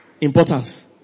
importance